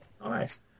nice